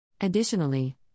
Additionally